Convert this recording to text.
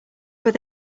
were